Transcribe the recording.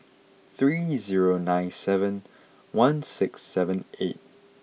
three zero nine seven one six seven eight